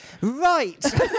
right